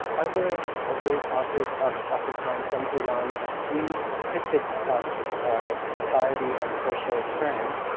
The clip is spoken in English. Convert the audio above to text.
other ah great authors of of the time from iran, have three critics of society and social trends.